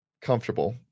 comfortable